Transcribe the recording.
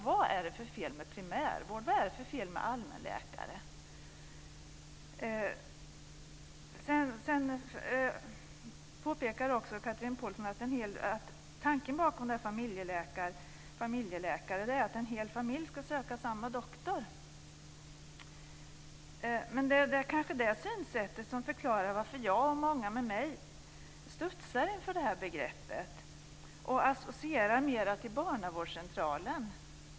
Vad är det för fel med begreppen primärvård och allmänläkare? Chatrine Pålsson påpekar också att tanken med en familjeläkare är att en hel familj ska söka samma doktor. Det kanske är det synsättet som förklarar att jag och många med mig studsar inför begreppet familjeläkare och associerar till barnavårdscentralen.